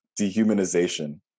dehumanization